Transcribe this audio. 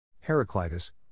Heraclitus